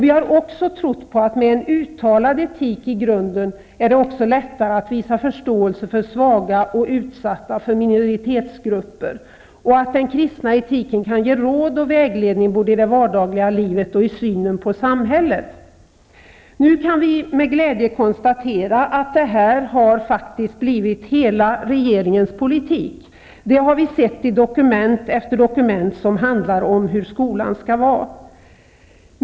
Vi har också trott på att det med en uttalad etik i grunden är lättare att visa förståelse för svaga och utsatta, för minoritetsgrupper, samt att den kristna etiken kan ge råd och vägledning i det vardagliga livet och i synen på samhället. Nu kan vi med glädje konstatera att detta faktiskt har blivit hela regeringens politik. Det har vi sett i dokument efter dokument som handlar om hur skolan skall vara.